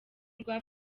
rwa